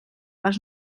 les